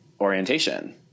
orientation